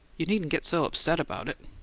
you needn't get so upset about it.